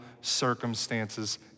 circumstances